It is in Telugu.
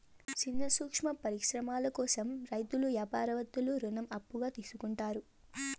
సిన్న సూక్ష్మ పరిశ్రమల కోసం రైతులు యాపారత్తులు రుణం అప్పుగా తీసుకుంటారు